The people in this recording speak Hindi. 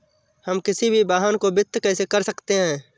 हम किसी भी वाहन को वित्त कैसे कर सकते हैं?